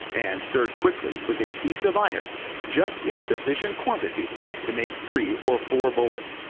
and stirred quickly with a piece of iron just in sufficient quantity to make three or four bullets.